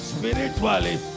Spiritually